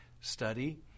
Study